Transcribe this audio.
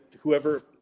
whoever